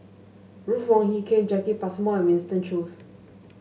Ruth Wong Hie King Jacki Passmore and Winston Choos